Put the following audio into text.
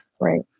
Right